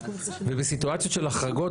ובסיטואציות של החרגות,